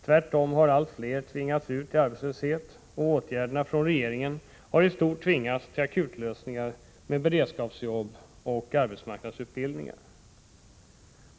Tvärtom har allt fler tvingats ut i arbetslöshet, och 135 regeringen har i stort tvingats till akutlösningar med beredskapsjobb och arbetsmarknadsutbildningar.